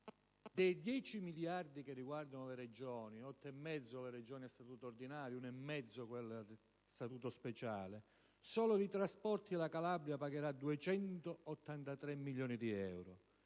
Dei 10 miliardi che interessano le Regioni (8,5 miliardi le Regioni a statuto ordinario e 1,5 quelle a statuto speciale), solo per i trasporti la Calabria pagherà 283 milioni di euro;